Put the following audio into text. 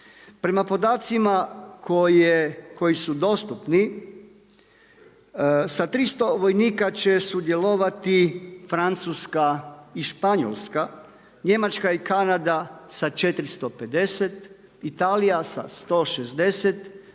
Prema podacima koji su dostupni sa 300 vojnika će sudjelovati Francuska i Španjolska, Njemačka i Kanada sa 450, Italija sa 160,